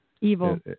evil